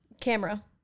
Camera